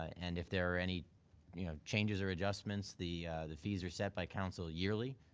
and if there are any you know changes or adjustments the the fees are set by council yearly.